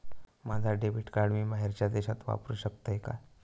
माझा debit card मी बाहेरच्या देशात वापरू शकतय काय?